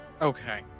Okay